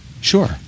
Sure